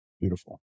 Beautiful